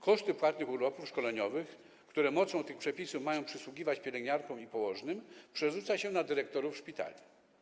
Koszty płatnych urlopów szkoleniowych, które mocą tych przepisów mają przysługiwać pielęgniarkom i położnym, przerzuca się na dyrektorów szpitali.